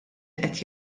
qed